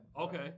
Okay